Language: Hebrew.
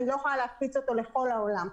אני לא יכולה להפיץ אותו לכל העולם,